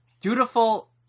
Dutiful